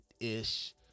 Ish